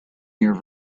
year